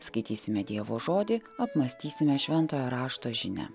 skaitysime dievo žodį apmąstysime šventojo rašto žinią